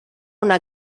una